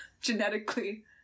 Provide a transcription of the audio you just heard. Genetically